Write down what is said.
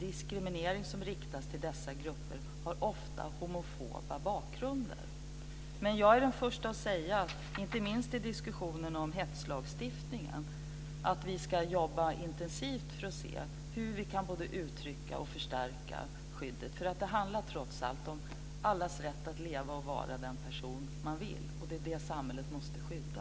Diskriminering som riktas mot dessa grupper har ofta homofob bakgrund. Men jag är den första att säga, inte minst i diskussionen om hetslagstiftningen, att vi ska jobba intensivt för att se hur vi kan både uttrycka och förstärka skyddet. Det handlar trots allt om allas rätt att leva och vara den person man vill. Det är det som samhället måste skydda.